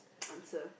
answer